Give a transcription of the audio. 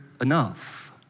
enough